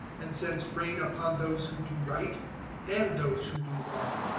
and sends rain upon those who do right and those who do wrong.